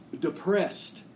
depressed